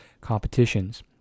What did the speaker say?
competitions